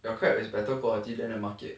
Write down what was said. your crab is better quality than the market